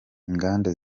inganda